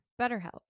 BetterHelp